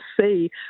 see